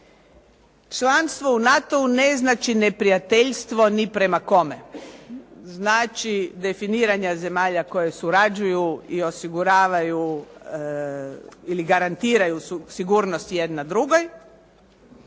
Članstvo u NATO-u ne znači neprijateljstvo ni prema kome. Znači definiranja zemalja koje surađuju i osiguravaju ili garantiraju sigurnost jedna drugoj,